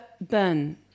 Burn